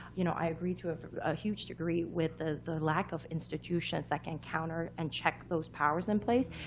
you know i agree to a ah huge degree with the the lack of institutions that can counter and check those powers in place.